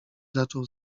zaczął